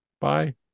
bye